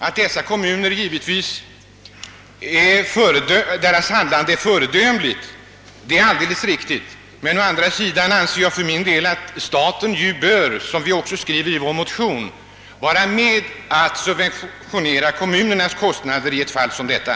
Att dessa kommuners handlande är föredömligt är alldeles riktigt, men å andra sidan anser jag för min del att staten bör — vilket vi också skriver i vår motion -— vara med om att subventionera kommunernas kostnader i ett fall som detta.